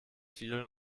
vielen